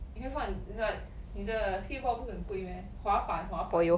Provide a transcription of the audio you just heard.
你会放你的 like 你的 skateboard 不是很贵 meh 滑板滑板